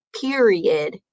period